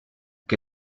que